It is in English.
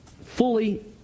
fully